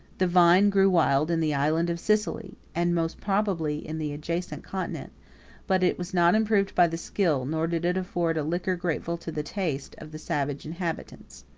the vine grew wild in the island of sicily, and most probably in the adjacent continent but it was not improved by the skill, nor did it afford a liquor grateful to the taste, of the savage inhabitants.